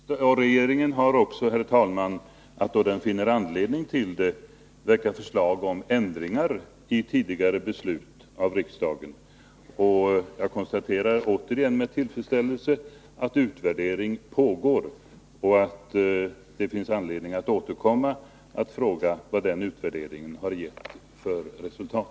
Herr talman! Regeringen har också att. om den finner anledning till det, väcka förslag om ändringar i tidigare beslut av riksdagen. Jag konstaterar återigen med tillfredsställelse att utvärdering pågår och att det finns anledning att återkomma och fråga vad den utvärderingen har gett för resultat.